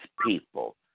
people